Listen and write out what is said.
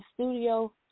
studio